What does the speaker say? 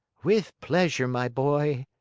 with pleasure, my boy!